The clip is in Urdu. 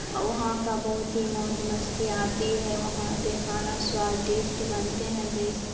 وہاں کا بہت ہی موج مستی آتی ہے وہاں پہ کھانا سوادشٹ بنتے ہیں جیسے